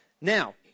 Now